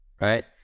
right